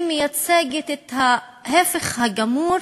שמייצגת את ההפך הגמור